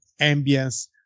ambience